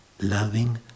loving